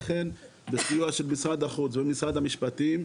לכן, בסיוע של משרד החוק ומשרד המשפטים,